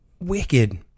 Wicked